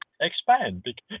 expand